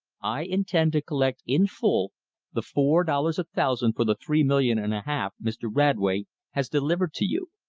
i intend to collect in full the four dollars a thousand for the three million and a half mr. radway has delivered to you.